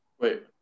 Wait